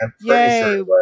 yay